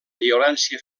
violència